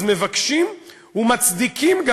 אז מבקשים וגם מצדיקים,